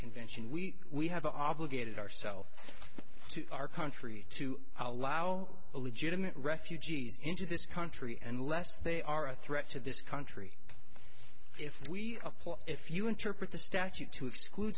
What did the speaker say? convention we we have obligated ourself to our country to allow a legitimate refugees into this country and less they are a threat to this country if we apply if you interpret the statute to exclude